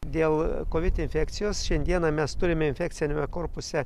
dėl covid infekcijos šiandieną mes turime infekciniame korpuse